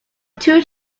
too